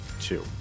two